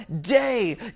day